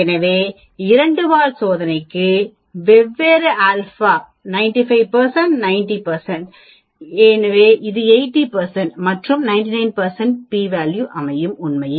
எனவே இரண்டு வால் சோதனைக்கு வெவ்வேறு ஆல்பா இது 95 இது 90 சதவீதம் இது 80 மற்றும் இது 99 p மற்றும் உண்மையில்